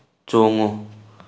ꯆꯣꯡꯉꯨ